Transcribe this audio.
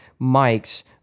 mics